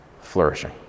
flourishing